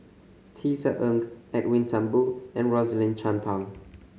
Tisa Ng Edwin Thumboo and Rosaline Chan Pang